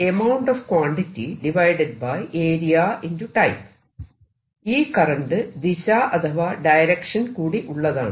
അതായത് ഈ കറന്റ് ദിശ അഥവാ ഡയരക്ഷൻ കൂടി ഉള്ളതാണ്